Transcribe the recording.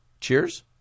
cheers